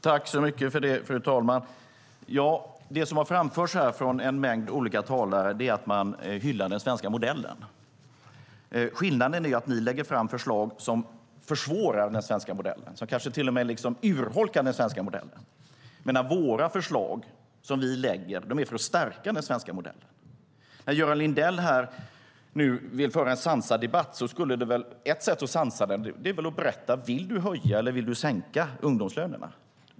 Fru talman! Det som har framförts från en mängd olika talare är att man hyllar den svenska modellen. Skillnaden är att ni lägger fram förslag som försvårar den svenska modellen och som kanske till och med urholkar den svenska modellen medan de förslag som vi lägger fram stärker den svenska modellen. Göran Lindell vill föra en sansad debatt. Ett sätt att göra den sansad är att berätta om du vill höja eller sänka ungdomslönerna.